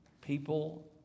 People